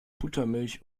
buttermilch